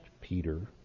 Peter